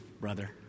brother